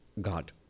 God